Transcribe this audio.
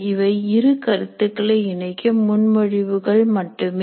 இவை இரு கருத்துக்களை இணைக்கும் முன்மொழிவுகள் மட்டுமே